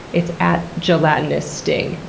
it's at gelatinoussting.